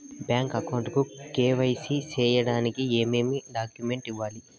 Bank account కు KYC సేయడానికి ఏమేమి డాక్యుమెంట్ ఇవ్వాలి?